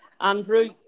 Andrew